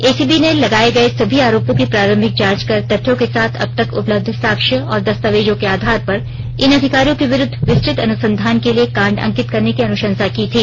ACB ने लगाये गये सभी आरोपों की प्रारंभिक जांच कर तथ्यों के साथ अबतक उपलब्ध साक्ष्य और दस्तावेजों के आधार पर इन अधिकारियों के विरुद्व विस्तृत अनुसंधान के लिए कांड अंकित करने की अनुशंसा की थी